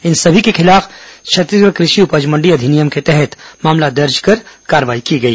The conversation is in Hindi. इन सभी के खिलाफ छत्तीसगढ़ कृषि उपज मण्डी अधिनियम के तहत मामला दर्ज कर कार्रवाई की गई